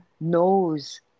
knows